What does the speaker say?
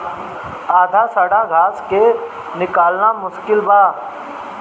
आधा सड़ल घास के निकालल मुश्किल बा